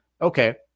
okay